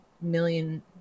million